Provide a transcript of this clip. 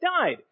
died